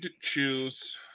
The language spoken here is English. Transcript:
choose